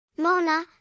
Mona